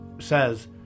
says